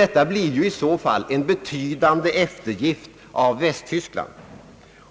Detta blir i så fall en betydande eftergift av Västtyskland,